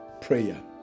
prayer